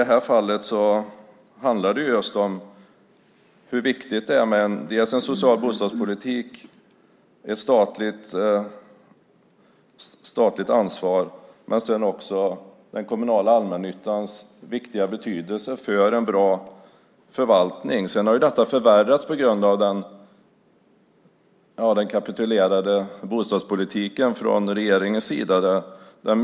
Det handlar om vikten av en social bostadspolitik och ett statligt ansvar men också om den kommunala allmännyttans betydelse för en bra förvaltning. Läget har förvärrats på grund av regeringens kapitulerade bostadspolitik.